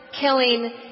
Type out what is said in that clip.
killing